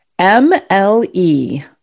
MLE